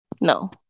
no